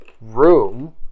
room